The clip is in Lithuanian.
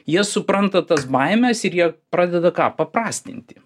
jie supranta tas baimes ir jie pradeda ką paprastinti